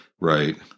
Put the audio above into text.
Right